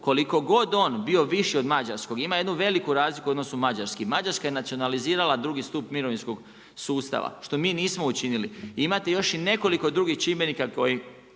koliko god on bio viši od mađarskog ima jednu veliku razliku u odnosu na mađarski. Mađarska je nacionalizirala drugi stup mirovinskog sustava, što mi nismo učinili. Imate i još nekoliko drugih čimbenika koji